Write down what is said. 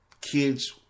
kids